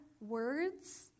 words